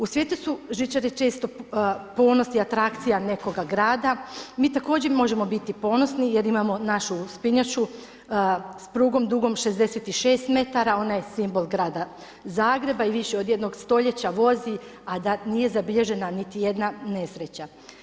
U svijetu su žičare često ponos i atrakcija nekoga grada, mi također možemo biti ponosni jer imamo našu uspinjaču s prugom dugom 66 m, ona je simbol grada Zagreba i više od jednog stoljeća vozi a da nije zabilježena niti jedna nesreća.